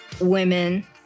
women